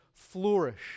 flourish